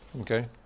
Okay